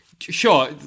Sure